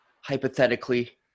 hypothetically